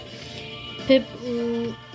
Pip